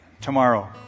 tomorrow